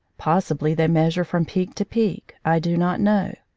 possibly they measure from peak to peak. i do not know.